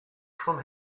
from